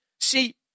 See